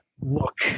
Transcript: look